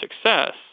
success